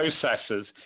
processes